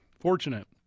fortunate